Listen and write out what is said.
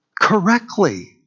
correctly